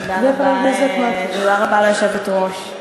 תודה רבה ליושבת-ראש.